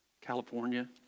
California